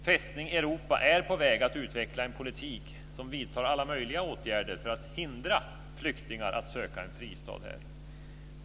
Fästning Europa är på väg att utveckla en politik som vidtar alla möjliga åtgärder för att hindra flyktingar att söka en fristad här.